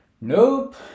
Nope